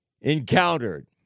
encountered